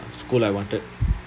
school I wanted